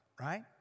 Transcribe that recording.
right